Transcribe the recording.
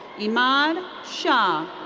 imaad shah.